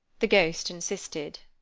the ghost insisted.